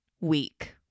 week